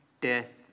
death